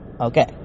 Okay